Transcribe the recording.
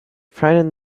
frightened